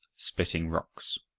splitting rocks